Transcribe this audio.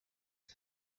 the